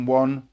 one